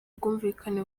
bwumvikane